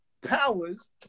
powers